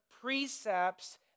precepts